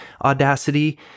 Audacity